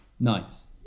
nice